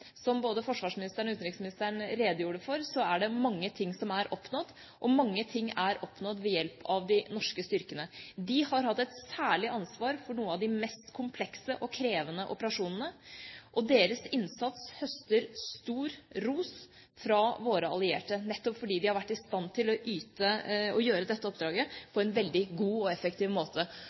Som både forsvarsministeren og utenriksministeren redegjorde for, er det mange ting som er oppnådd, og mange ting er oppnådd ved hjelp av de norske styrkene. De har hatt et særlig ansvar for noen av de mest komplekse og krevende operasjonene, og deres innsats høster stor ros fra våre allierte, nettopp fordi de har vært i stand til å gjøre dette oppdraget på en veldig god og effektiv måte.